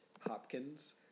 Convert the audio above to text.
Hopkins